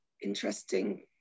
interesting